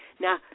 now